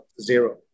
zero